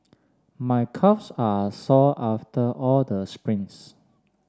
my calves are sore after all the sprints